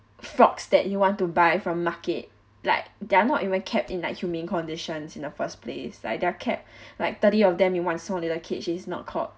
frogs that you want to buy from market like they are not even kept in like humane conditions in the first place I like they are kept like thirty of them in one small little cage is not called